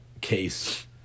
case